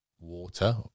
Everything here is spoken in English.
water